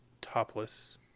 topless